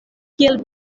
kiel